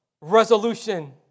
resolution